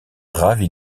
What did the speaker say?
ravi